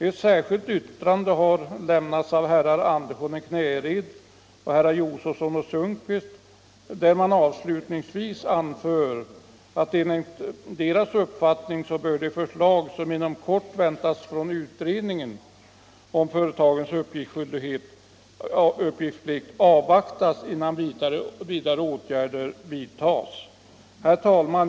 Ett särskilt yttrande har lämnats av herrar Andersson i Knäred, Josefson och Sundkvist, vilka avslutningsvis anför att enligt deras uppfattning bör de förslag som inom kort väntas från UFU om företagens uppgiftsplikt avvaktas innan vidare åtgärder vidtas. Herr talman!